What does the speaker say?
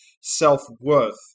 self-worth